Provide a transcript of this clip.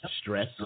stress